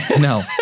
no